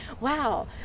wow